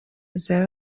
izaba